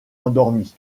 endormi